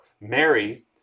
Mary